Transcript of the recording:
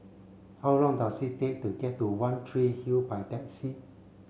how long does it take to get to One Tree Hill by taxi